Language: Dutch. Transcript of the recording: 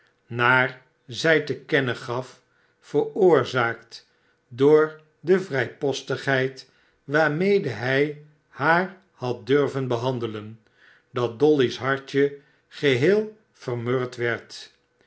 naar zij te kennen gaf veroorzaakt door de vrijpostigheid waarmede hij haar had durven behandelen dat dolly's hartje geheel vermurwd werd